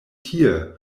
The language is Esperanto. tie